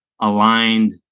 aligned